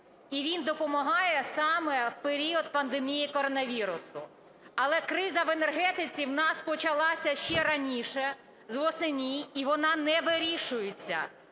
і він допомагає саме в період пандемії коронавірусу. Але криза в енергетиці у нас почалася ще раніше, восени, і вона не вирішується,